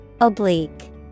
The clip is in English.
Oblique